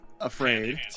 afraid